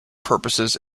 purposes